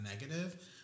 negative